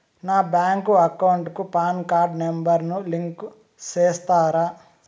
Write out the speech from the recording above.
నా bank account కు PAN card number ను లింకు సేస్తారా?